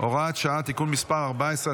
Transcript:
(הוראת שעה) (תיקון מס' 14),